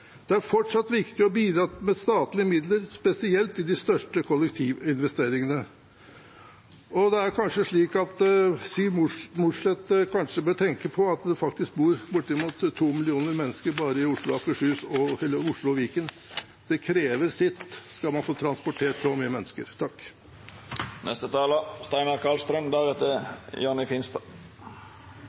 Det er fortsatt viktig å bidra med statlige midler, spesielt til de største kollektivinvesteringene. Det er kanskje slik at Siv Mossleth bør tenke på at det bor bortimot to millioner mennesker bare i Oslo og Viken. Det krever sitt, skal man få transportert så mange mennesker.